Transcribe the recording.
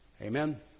Amen